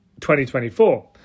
2024